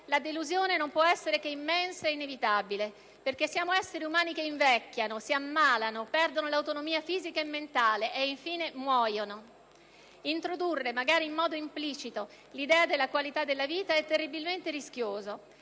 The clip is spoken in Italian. la delusione non può essere che immensa e inevitabile, perché siamo esseri umani che invecchiano, si ammalano, perdono l'autonomia fisica e mentale, e infine muoiono. Introdurre, magari in modo implicito, l'idea della qualità della vita è terribilmente rischioso;